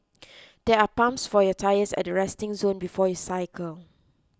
there are pumps for your tyres at the resting zone before you cycle